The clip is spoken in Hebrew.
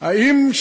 האם,